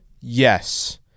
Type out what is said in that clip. yes